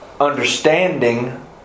understanding